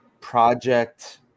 project